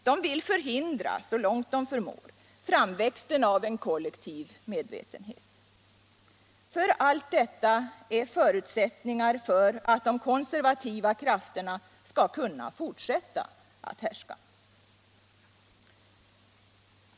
De vill förhindra, så långt de förmår, framväxten av en kollektiv medvetenhet. Allt detta är ju förutsättningar för att de konservativa krafterna skall kunna fortsätta att härska.